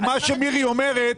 אבל מה שמירי אומרת,